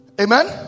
Amen